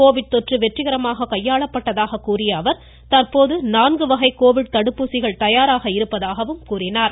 Covid தொற்று வெற்றிகரமாக கையாளப்பட்டதாகவும் தற்போது நான்கு வகை கோவிட் தடுப்பூசி தயாராக இருப்பதாகவும் கூறினார்